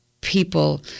people